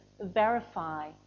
verify